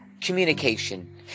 communication